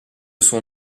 son